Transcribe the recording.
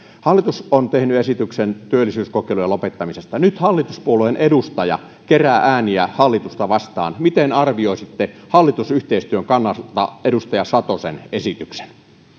hallitus on tehnyt esityksen työllisyyskokeilujen lopettamisesta nyt hallituspuolueen edustaja kerää ääniä hallitusta vastaan miten arvioisitte hallitusyhteistyön kannalta edustaja satosen esityksen